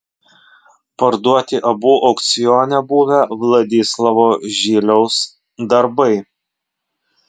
parduoti abu aukcione buvę vladislovo žiliaus darbai